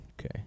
Okay